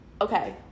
Okay